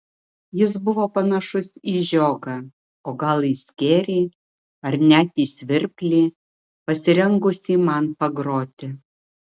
jis buvo panašus į žiogą o gal į skėrį ar net į svirplį pasirengusį man pagroti